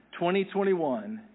2021